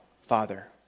Father